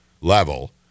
level